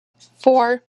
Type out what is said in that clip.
four